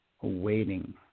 awaiting